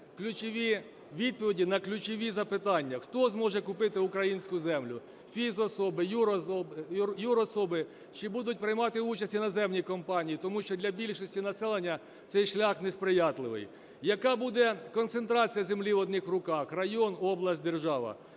ключові відповіді на ключові запитання. Хто зможе купити українську землю: фізособи, юрособи, чи будуть приймати участь іноземні компанії? Тому що для більшості населення цей шлях несприятливий. Яка буде концентрація землі в одних руках: район, область, держава?